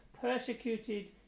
persecuted